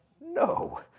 No